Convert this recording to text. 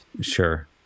sure